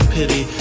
pity